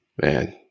Man